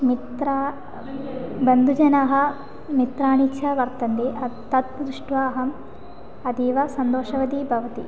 मित्रा बन्धुजनाः मित्राणि च वर्तन्ते तत् दृष्ट्वा अहम् अतीव सन्तोषितवती भवति